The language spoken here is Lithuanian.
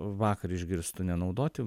vakar išgirstu nenaudoti